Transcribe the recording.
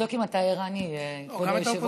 לבדוק אם אתה ערני, היושב-ראש.